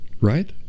right